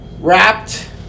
wrapped